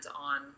on